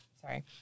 sorry